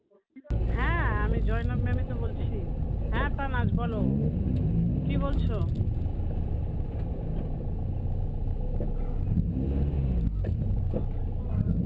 হ্যাঁ আমি জয়নাব ম্যামই তো বলছি হ্যাঁ তানাজ বলো কী বলছো